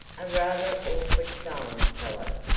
a rather awkward silence followed.